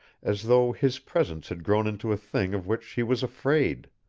as though his presence had grown into a thing of which she was afraid.